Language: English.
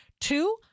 Two